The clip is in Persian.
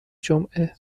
جمعه